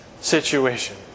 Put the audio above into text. situation